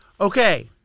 Okay